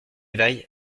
vaille